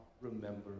remember